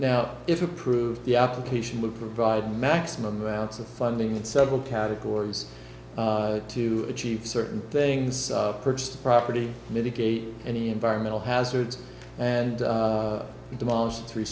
now if approved the application would provide maximum amount of funding in several categories to achieve certain things purchased property mitigate any environmental hazards and demolish three